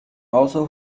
also